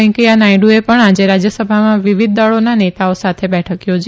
વેકૈયાહ નાથડુએ પણ આજે રાજ્યસભામાં વિવિધ દળોના નેતાઓ સાથે બેઠક યોજી